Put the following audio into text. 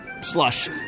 Slush